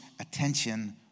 attention